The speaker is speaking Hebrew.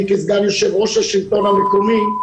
כסגן יושב ראש השלטון המקומי,